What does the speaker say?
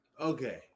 Okay